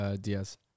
Diaz